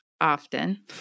often